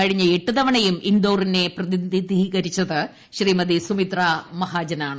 കഴിഞ്ഞ എട്ട് തവണയും ഇൻഡോറിനെ പ്രതിനിധീകരിച്ചത് ശ്രീമതി സുമിത്രാ മഹാജനാണ്